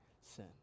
sin